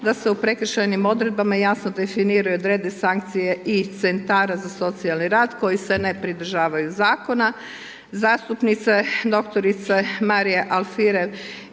da se u prekršajnim odredbama jasno definiraju i odrede sankcije i Centara za socijalni rad koji se ne pridržavaju Zakona. Zastupnice, doktorice Marija Alfirev